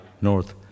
north